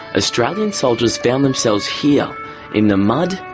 australian soldiers found themselves here in the mud,